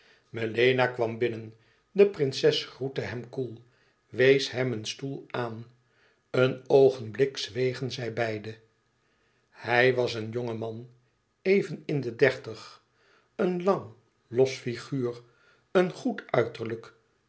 melena kwam binnen de prinses groette hem koel wees hem een stoel aan een oogenblik zwegen zij beide hij was een jonge man even in de dertig een lang los figuur een goed uiterlijk